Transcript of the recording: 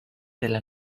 della